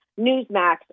Newsmax